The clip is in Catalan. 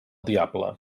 diable